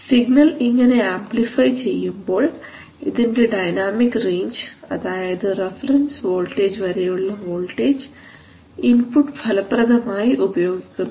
signal ഇങ്ങനെ amplify ചെയ്യുമ്പോൾ ഇതിന്റെ ഡൈനാമിക് റേഞ്ച് അതായത് റഫറൻസ് വോൾട്ടേജ് വരെയുള്ള വോൾട്ടേജ് ഇൻപുട്ട് ഫലപ്രദമായി ഉപയോഗിക്കുന്നു